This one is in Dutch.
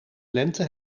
lente